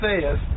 says